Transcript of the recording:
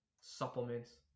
supplements